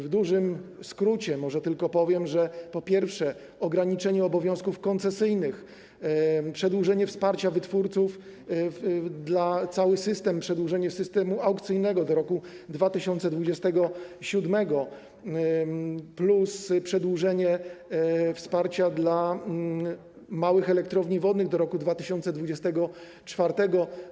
W dużym skrócie może tylko powiem, że to, po pierwsze, ograniczenie obowiązków koncesyjnych, przedłużenie wsparcia wytwórców, przedłużenie systemu aukcyjnego do roku 2027 plus przedłużenie wsparcia dla małych elektrowni wodnych do roku 2024.